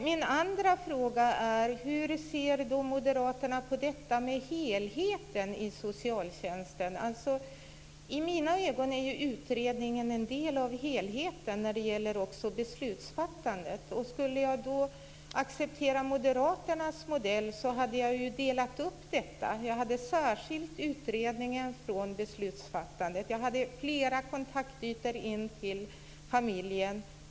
Min andra fråga är hur Moderaterna ser på helheten i socialtjänsten. Som jag ser det är utredningen en del av helheten i beslutsfattandet. Om jag skulle acceptera Moderaternas modell skulle jag få dela upp detta. Jag skulle få särskilja utredningen från beslutsfattandet och skulle få flera kontaktytor mot familjen.